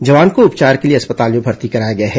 जवान को उपचार के लिए अस्पताल में भर्ती कराया गया है